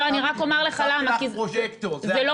אני רק שמתי לך פרוז'קטור, זה הכול.